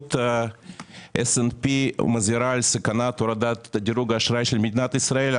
סוכנות SNP מזהירה על סכנת הורדת דירוג האשראי של מדינת ישראל,